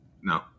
No